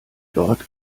dort